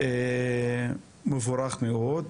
זה מבורך מאוד.